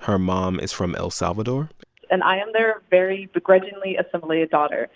her mom is from el salvador and i am their very begrudgingly assimilated daughter.